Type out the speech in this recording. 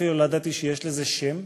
ואפילו לא ידעתי שיש לזה שם,